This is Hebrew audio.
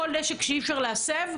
כל נשק שאי אפשר להסב,